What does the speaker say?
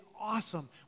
awesome